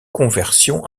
conversion